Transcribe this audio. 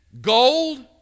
gold